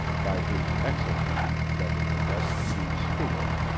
by his excellency, governor s. v. stewart.